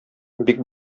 бик